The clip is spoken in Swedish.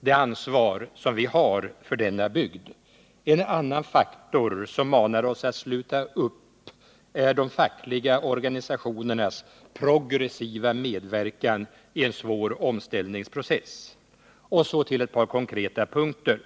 det ansvar som vi har för denna bygd. En annan faktor som manar oss att sluta upp är de fackliga organisationernas progressiva medverkan i en svår omställningsprocess. Och så till ett par konkreta punkter.